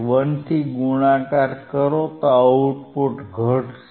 1 થી ગુણાકાર કરો તો આઉટપુટ ઘટશે